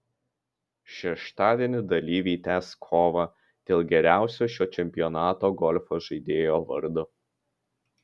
šeštadienį dalyviai tęs kovą dėl geriausio šio čempionato golfo žaidėjo vardo